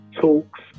talks